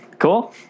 Cool